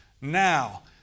now